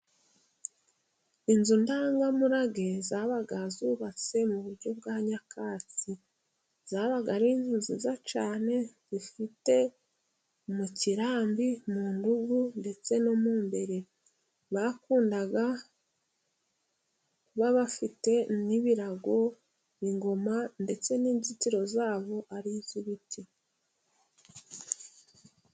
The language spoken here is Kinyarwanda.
Inzu ndangamurage zabaga zubatse mu buryo bwa nyakatsi, zabaga ari inzu nziza cyane, zifite mu kirambi, mu ndugu, ndetse no mu mbere. Bakundaga kuba bafite n'ibirago, ingoma, ndetse n'inzitiro zabo ari iz'ibiti.